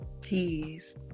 peace